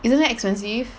isn't that expensive